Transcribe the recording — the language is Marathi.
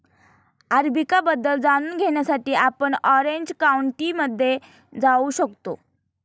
अरेबिका बद्दल जाणून घेण्यासाठी आपण ऑरेंज काउंटीमध्ये जाऊ शकता